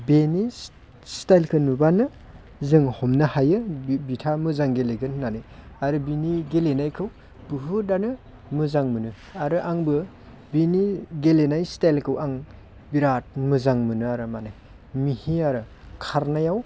बेनि स्टाइलखौ नुबानो जों हमनो हायो बिथाङा मोजां गेलेगोन होननानै आरो बिनि गेलेनायखौ बहुतानो मोजां मोनो आरो आंबो बिनि गेलेनाय स्टाइलखौ आं बिरात मोजां मोनो आरो माने मिहि आरो खारनायाव